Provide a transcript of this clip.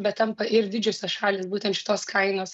bet tampa ir didžiosios šalys būtent šitos kainos